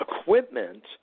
equipment